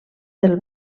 del